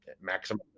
Maximum